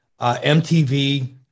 MTV